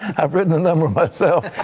i've written a number myself.